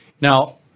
Now